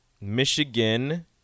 Michigan